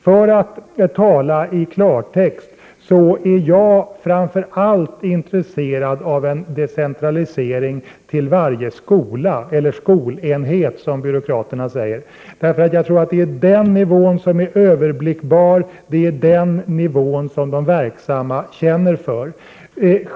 För att tala i klartext är jag framför allt intresserad av en decentralisering till varje skolenhet, som byråkraterna säger, därför att jag tror att det är den nivå som är överblickbar och som de verksamma känner för.